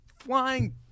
flying